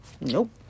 Nope